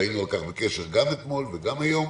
והיינו על כך בקשר גם אתמול וגם היום,